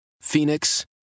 phoenix